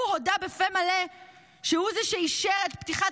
הוא הודה בפה מלא שהוא זה שאישר את פתיחת